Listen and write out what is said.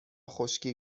خشکی